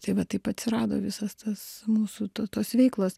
tai va taip atsirado visas tas mūsų to tos veiklos